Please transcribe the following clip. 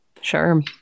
sure